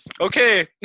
okay